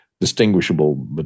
distinguishable